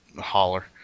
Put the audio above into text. holler